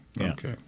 Okay